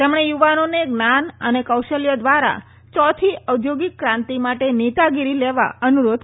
તેમણે યુવાનોને જ્ઞાન અને કૌશલ્ય ધ્વારા ચોથી ઔદ્યોગીક ક્રાંતી માટે નેતાગીરી લેવા અનુરોધ કર્યો હતો